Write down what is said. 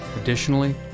Additionally